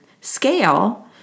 scale